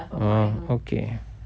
oh okay